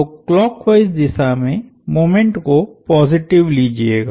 तो क्लॉकवाइस दिशा में मोमेंट को पॉजिटिव लीजियेगा